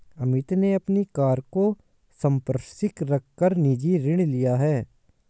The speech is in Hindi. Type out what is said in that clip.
अमित ने अपनी कार को संपार्श्विक रख कर निजी ऋण लिया है